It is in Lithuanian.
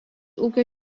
ūkio